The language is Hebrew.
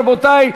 רבותי,